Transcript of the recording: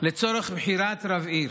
לצורך בחירת רב עיר